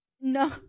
No